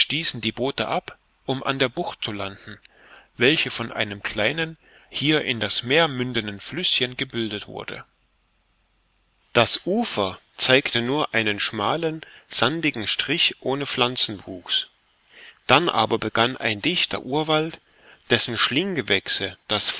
die boote ab um an der bucht zu landen welche von einem kleinen hier in das meer mündenden flüßchen gebildet wurde das ufer zeigte nur einen schmalen sandigen strich ohne pflanzenwuchs dann aber begann ein dichter urwald dessen schlinggewächse das